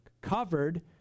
covered